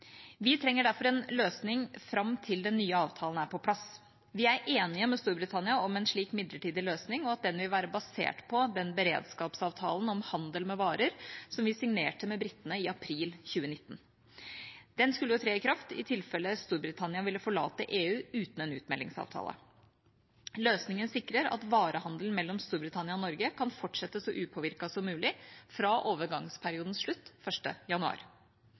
Vi trenger derfor en løsning fram til den nye avtalen er på plass. Vi er enige med Storbritannia om en slik midlertidig løsning, og at den vil være basert på den beredskapsavtalen om handel med varer som vi signerte med britene i april 2019. Den skulle jo tre i kraft i tilfelle Storbritannia ville forlate EU uten en utmeldingsavtale. Løsningen sikrer at varehandelen mellom Storbritannia og Norge kan fortsette så upåvirket som mulig fra overgangsperiodens slutt 1. januar.